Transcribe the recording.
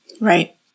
right